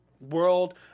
world